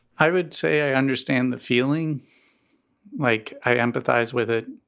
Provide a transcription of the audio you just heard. i would say i understand the feeling like i empathize with it.